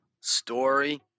Story